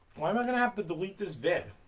um gonna have to delete this vid.